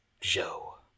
joe